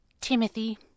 Timothy